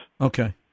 Okay